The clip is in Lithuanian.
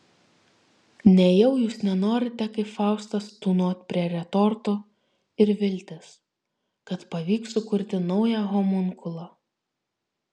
nejau jūs nenorite kaip faustas tūnot prie retortų ir viltis kad pavyks sukurti naują homunkulą